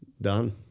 done